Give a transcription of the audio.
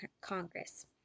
Congress